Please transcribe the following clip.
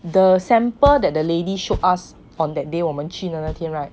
the sample that the lady showed us on that day 我们去的那天 right